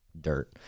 dirt